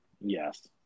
Yes